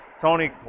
Tony